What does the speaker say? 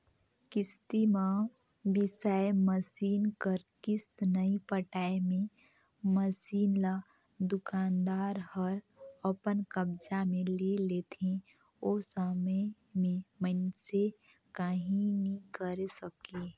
किस्ती म बिसाए मसीन कर किस्त नइ पटाए मे मसीन ल दुकानदार हर अपन कब्जा मे ले लेथे ओ समे में मइनसे काहीं नी करे सकें